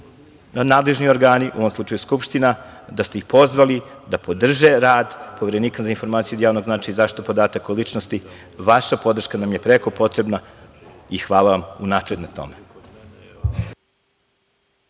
nadležni organi, u ovom slučaju Skupština, da ste ih pozvali da podrže rad Poverenika za informacije od javnog značaja i zaštitu podataka o ličnosti. Vaša podrška nam je preko potrebna i hvala vam unapred na tome.